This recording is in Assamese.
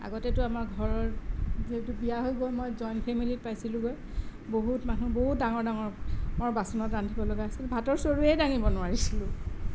আগতেতো আমাৰ ঘৰৰ যিহেতু বিয়া হৈ গৈ মই জইন ফেমিলিত পাইছিলোগৈ বহুত মানুহ বহুত ডাঙৰ ডাঙৰ বাচনত ৰান্ধিবলগীয়া হৈছিল ভাতৰ চৰুৱে দাঙিব নোৱাৰিছিলোঁ